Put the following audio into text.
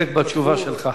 להסתפק בתשובה שלך.